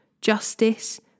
justice